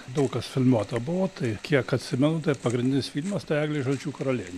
daug kas filmuota buvo tai kiek atsimenu tai pagrindinis filmas tai eglė žalčių karalienė